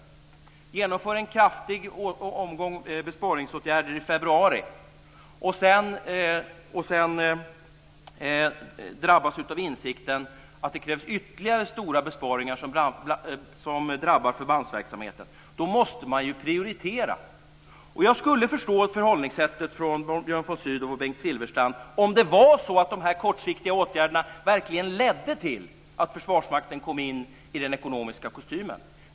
Man genomför en kraftig omgång besparingsåtgärder i februari och drabbas sedan av insikten att det krävs ytterligare stora besparingar som drabbar förbandsverksamheten. Jag skulle förstå förhållningssättet från Björn von Sydows och Bengt Silfverstrands sida om de här kortsiktiga åtgärderna verkligen ledde till att Försvarsmakten kom in i den ekonomiska kostymen.